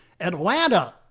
Atlanta